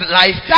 life